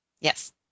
Yes